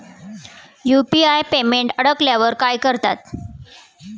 UPI payment अडकल्यावर काय करतात?